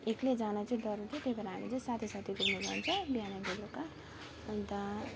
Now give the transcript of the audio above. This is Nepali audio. एक्लै जानु चाहिँ डराउँथ्यो त्यही भएर हामी चाहिँ साथी साथी घुम्नु जान्छ बिहान बेलुका अन्त